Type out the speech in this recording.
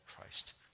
Christ